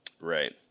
Right